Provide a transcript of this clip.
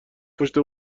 پشت